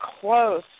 close